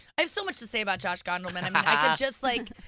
i have so much to say about josh gondelman, i mean, i could just like,